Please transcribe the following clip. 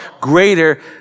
greater